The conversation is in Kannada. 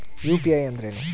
ಯು.ಪಿ.ಐ ಅಂದ್ರೇನು?